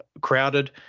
crowded